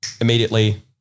Immediately